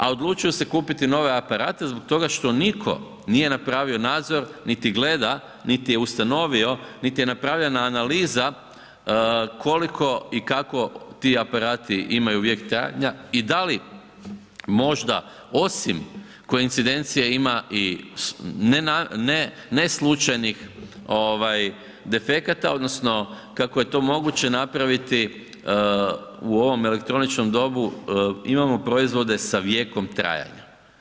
A odlučuju se kupiti nove aparate zbog toga što niko nije napravio nadzor niti gleda, niti je ustanovio, niti je napravljena analiza koliko i kako ti aparati imaju vijek trajanja i da li možda osim koincidencije ima i ne slučajnih defekata odnosno kako je to moguće napraviti u ovom elektroničkom dobu imamo proizvode sa vijekom trajanja.